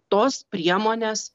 tos priemonės